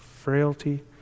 frailty